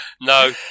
No